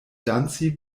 danci